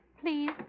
Please